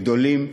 גדולים,